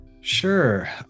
Sure